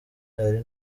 ari